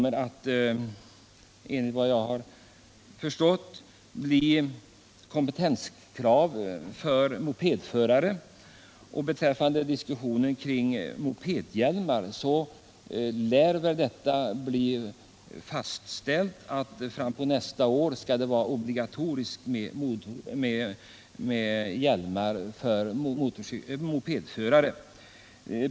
Enligt vad jag har förstått kommer det att bli kompetenskrav för mopedförare. Vidare har mopedhjälmar diskuterats, och det lär någon gång nästa år bli obligatoriskt med hjälmar för mopedförare.